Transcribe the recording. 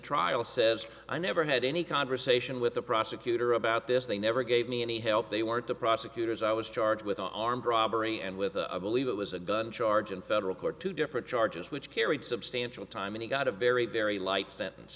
trial says i never had any conversation with the prosecutor about this they never gave me any help they weren't the prosecutors i was charged with an armed robbery and with a believe it was a gun charge in federal court two different charges which carried substantial time and i got a very very light sentence